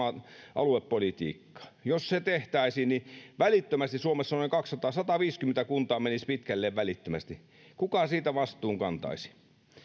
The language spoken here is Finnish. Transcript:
aluepolitiikkaa jos se tehtäisiin niin suomessa noin sataviisikymmentä kuntaa menisi pitkälleen välittömästi kuka siitä vastuun kantaisi